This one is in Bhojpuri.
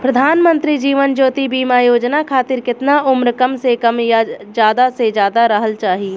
प्रधानमंत्री जीवन ज्योती बीमा योजना खातिर केतना उम्र कम से कम आ ज्यादा से ज्यादा रहल चाहि?